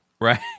Right